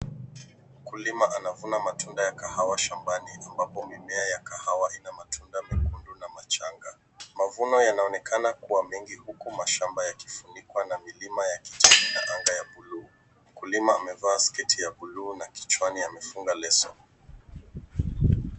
Mkulima anavuna matunda ya kahawa shambani ambapo mimea ya kahawa ina matunda mekundu na machanga. Mavuno yanaonekana kuwa mingi huku mashamba yakifunikwa na milima ya kijani na anga ya buluu. Mkulima amevaa sketi ya buluu na kichwani amefunga leso.